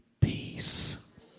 peace